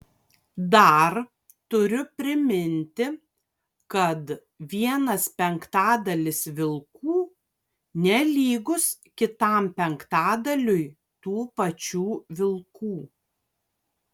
dar turiu priminti kad vienas penktadalis vilkų nelygus kitam penktadaliui tų pačių vilkų